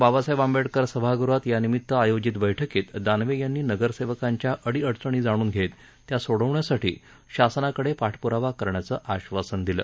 बाबासाहेब आंबेडकर सभागृहात यानिमित्त आयोजित बैठकीत दानवे यांनी नगरसेवकांच्या अडीअडचणी जाणून घेत त्या सोडवण्यासाठी शासनाकडे पाठपुरावा करण्याचं आश्वासन दिलं